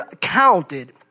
counted